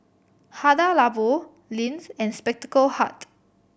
Hada Labo Lindt and Spectacle Hut